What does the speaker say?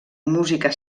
música